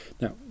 Now